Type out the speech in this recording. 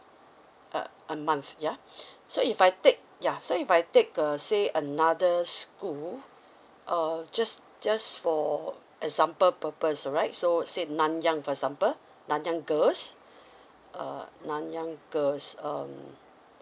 uh a month ya so if I take ya so if I take uh say another school uh just just for example purpose right so say nanyang for sample nanyang girls uh nanyang girls um